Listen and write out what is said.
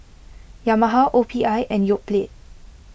Yamaha O P I and Yoplait